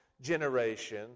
generation